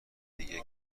دیگه